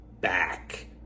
back